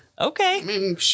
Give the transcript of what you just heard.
Okay